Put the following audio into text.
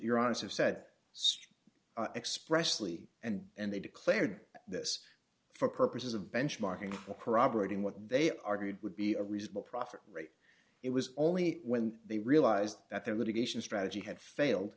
your honest have said so expressly and and they declared this for purposes of benchmarking the corroborating what they argued would be a reasonable profit rate it was only when they realized that their litigation strategy had failed